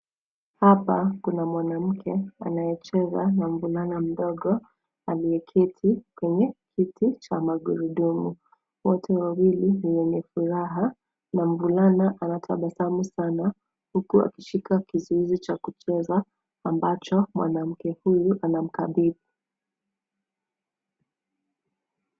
Hapa, kuna mwanamke, anayecheza, na mvulana mdogo, aliyeketi, kwenye kiti cha magurudumu. Wote wawili, ni wenye furaha, na mvulana anatabasamu sana, huku akishika kizuizi cha kucheza, ambacho mwanamke huyu anamkabidhi.